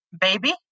baby